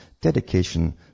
dedication